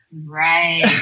Right